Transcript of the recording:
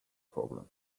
problem